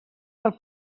pel